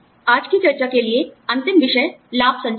आज की चर्चा के लिए अंतिम विषय लाभ संचार है